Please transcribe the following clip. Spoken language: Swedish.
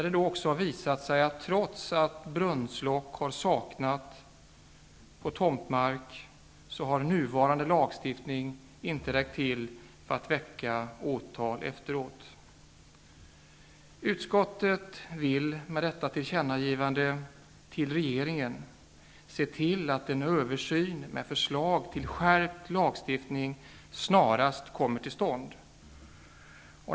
Det har senare visat sig att trots att brunnslock har saknats på tomtmark, har nuvarande lagstiftning inte räckt till för att väcka åtal. Utskottet vill med detta tillkännagivande till regeringen se till att en översyn med förslag till skärpt lagstiftning snarast kommer till stånd.